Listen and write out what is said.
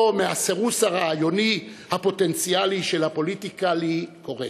או מהסירוס הרעיוני הפוטנציאלי של הפוליטיקלי-קורקט.